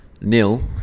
nil